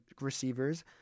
receivers